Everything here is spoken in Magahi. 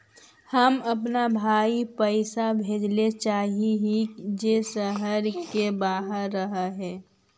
हम अपन भाई पैसा भेजल चाह हीं जे शहर के बाहर रह हे